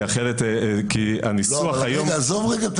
הניסוח כרגע --- עזוב את הניסוח.